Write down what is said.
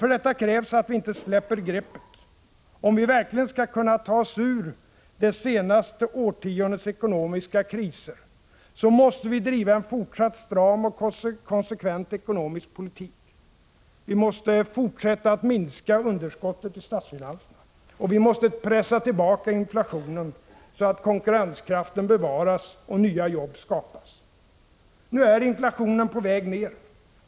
För detta krävs emellertid att vi inte släpper greppet. Om vi verkligen skall Prot. 1985/86:163 kunna ta oss ur det senaste årtiondets ekonomiska kriser måste vi driva en — 5 juni 1986 fortsatt stram och konsekvent ekonomisk politik. Vi måste fortsätta att minska underskottet i statsfinanserna. Och vi måste pressa tillbaka inflationen, så att konkurrenskraften bevaras och nya jobb skapas. Nu är inflationen på väg ned.